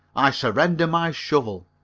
i surrender my shovel.